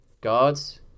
Gods